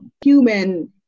human